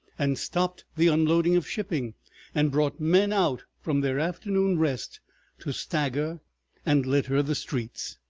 and stopped the unloading of shipping and brought men out from their afternoon rest to stagger and litter the streets.